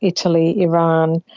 italy, iran,